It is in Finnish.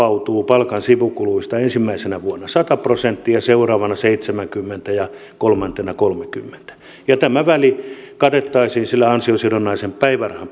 vapautuu palkan sivukuluista ensimmäisenä vuonna sata prosenttia seuraavana seitsemänkymmentä ja kolmantena kolmekymmentä ja tämä väli katettaisiin sillä ansiosidonnaisen päivärahan